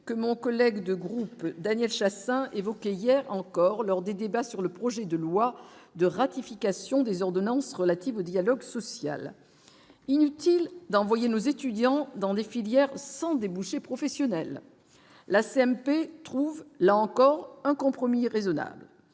que mon collègue de groupes Daniel Chassain, évoquée hier encore lors des débats sur le projet de loi de ratification des ordonnances relatives au dialogue social, inutile d'envoyer nos étudiants dans les filières sans débouchés professionnels, la CMP trouve là encore un compromis raisonnable,